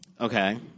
Okay